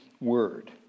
word